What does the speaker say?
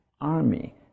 army